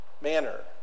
manner